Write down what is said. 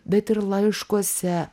bet ir laiškuose